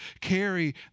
carry